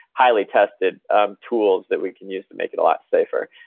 highly tested um tools that we can use to make it a lot safer.